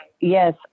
yes